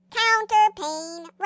counterpane